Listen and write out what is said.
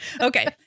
Okay